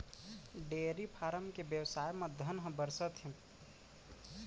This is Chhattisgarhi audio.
डेयरी फारम के बेवसाय म धन ह बरसत हे